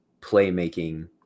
playmaking